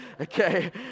okay